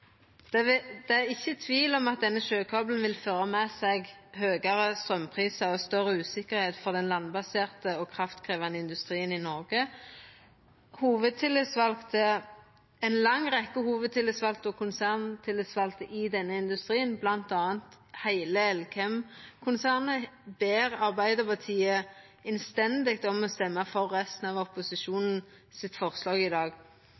Det er ikkje tvil om at denne sjøkabelen vil føra med seg høgare straumprisar og større usikkerheit for den landbaserte og kraftkrevjande industrien i Noreg. Ei lang rekkje hovudtillitsvalde og konserntillitsvalde i denne industrien, bl.a. i heile Elkem-konsernet, ber Arbeidarpartiet innstendig om å stemma for resten av opposisjonen sitt forslag i dag.